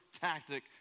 tactic